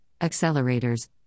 accelerators